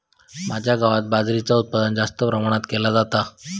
माझ्या गावात बाजरीचा उत्पादन जास्त प्रमाणात केला जाता